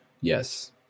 yes